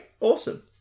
Awesome